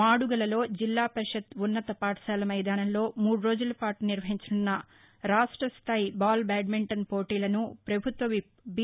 మాడుగుల లో జిల్లా పరిషత్ ఉన్నత పాఠశాల మైదానంలో మూడు రోజులపాటు నిర్వహించనున్న రాష్ట స్దాయి బాల్ బ్యాట్మింటన్ పోటీలను ప్రభుత్వ విప్ బి